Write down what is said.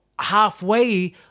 halfway